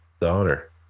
Daughter